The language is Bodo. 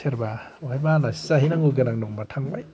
सोरबा अफायबा आलासि जाहैनांगौ गोनां दंबा थांबाय